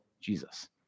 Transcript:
Jesus